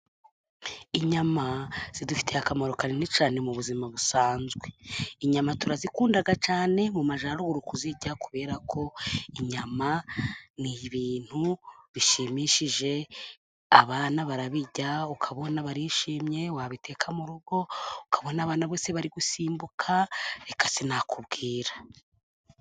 Inyama zidufitiye akamaro kanini cyane mu buzima busanzwe, inyama turazikunda cyane mu majyaruguru kuzirya, kubera ko inyama ni ibintu bishimishije abana barabirya ukabona barishimye, wabiteka mu rugo ukabonabona bose bari gusimbuka reka sinakubwira.